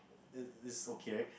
is is okay right